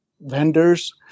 vendors